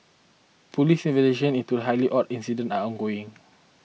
police investigations into highly odd incident are ongoing